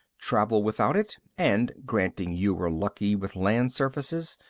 travel without it and, granting you were lucky with land surfaces,